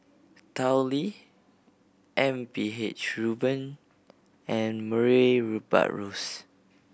Tao Li M P H Rubin and Murray Buttrose